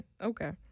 okay